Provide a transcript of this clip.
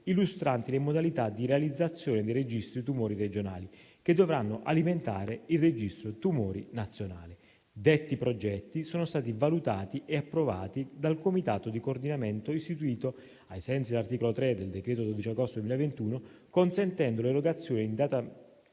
illustranti le modalità di realizzazione dei registri tumori regionali, che dovranno alimentare il registro tumori nazionale. Detti progetti sono stati valutati ed approvati dal comitato di coordinamento istituito ai sensi dell'articolo 3 del decreto 12 agosto 2021, consentendo l'erogazione, in data